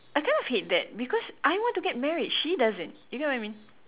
I kind of hate that because I want to get married she doesn't you get I mean